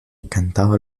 cantaba